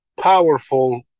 powerful